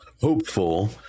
hopeful